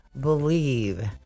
believe